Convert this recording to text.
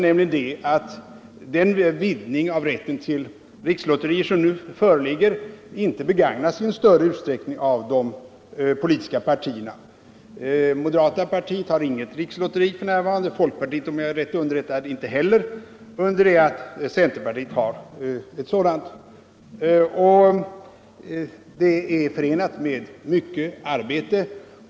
Den vidgning av rätten till rikslotterier som nu föreligger har inte begagnats i större utsträckning av de politiska partierna. Moderata samlingspartiet har f. n. inget rikslotteri. Om jag är rätt underrättad har inte heller folkpartiet något, medan centerpartiet har ett sådant. Ett rikslotteri är förenat med mycket arbete.